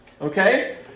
Okay